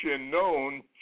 known